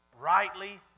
Rightly